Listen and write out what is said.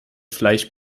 fleisch